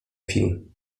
film